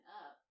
up